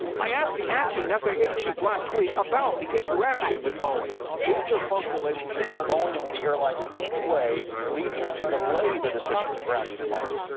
i asked the acting faa chief last week about the interaction with boeing. did your close relationship with boeing and with the airlines in any way lead you to delay the decision to ground these planes?